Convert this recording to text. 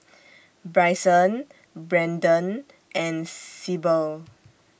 Bryson Branden and Syble